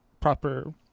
proper